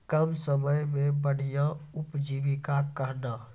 कम समय मे बढ़िया उपजीविका कहना?